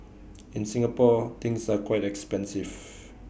in Singapore things are quite expensive